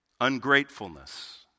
ungratefulness